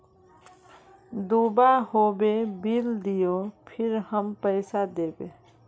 दूबा होबे बिल दियो फिर हम पैसा देबे?